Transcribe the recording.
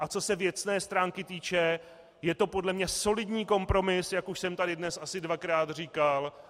A co se věcné stránky týče, je to podle mne solidní kompromis, jak už jsem tady dnes asi dvakrát říkal.